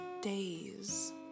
days